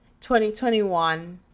2021